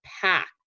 pack